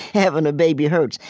having a baby hurts.